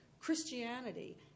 Christianity